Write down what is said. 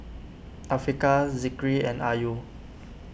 Afiqah Zikri and Ayu